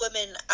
women